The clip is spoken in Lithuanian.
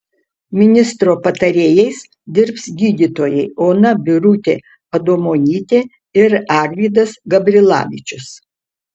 ministro patarėjais dirbs gydytojai ona birutė adomonytė ir arvydas gabrilavičius